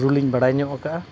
ᱨᱩ ᱞᱤᱧ ᱵᱟᱲᱟᱭ ᱧᱚᱜ ᱠᱟᱜᱼᱟ